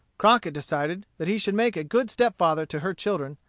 crockett decided that he should make a good step-father to her children,